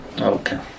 Okay